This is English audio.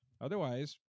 Otherwise